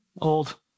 Old